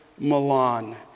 Milan